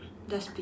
dustbin